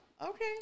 okay